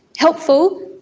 helpful.